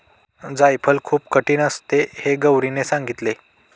जायफळ खूप कठीण असते हे गौरीने सांगितले